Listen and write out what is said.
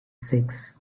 six